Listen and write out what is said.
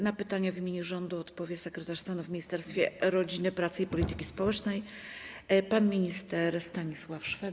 Na pytania w imieniu rządu odpowie sekretarz stanu w Ministerstwie Rodziny, Pracy i Polityki Społecznej pan minister Stanisław Szwed.